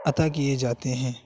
عطا کیے جاتے ہیں